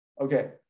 okay